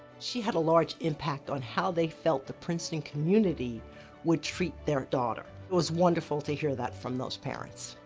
she had a large impact on how they felt the princeton community would treat their daughter. it was wonderful to hear that from those parents.